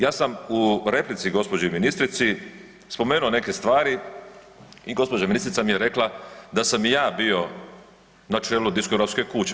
Ja sam u replici gospođi ministrici spomenuo neke stvari i gospođa ministrica mi je rekla da sam i ja bio na čelu diskografske kuće.